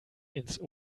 ins